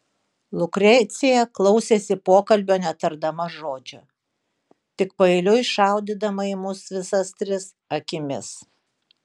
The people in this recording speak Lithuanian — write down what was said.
lukrecija klausėsi pokalbio netardama žodžio tik paeiliui šaudydama į mus visas tris akimis